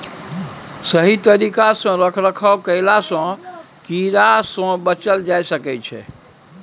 सही तरिका सँ रख रखाव कएला सँ कीड़ा सँ बचल जाए सकई छै